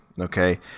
Okay